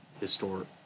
historic